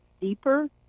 deeper